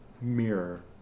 mirror